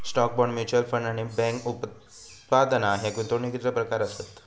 stock, bond, mutual fund आणि bank उत्पादना ह्या गुंतवणुकीचो प्रकार आसत